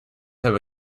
have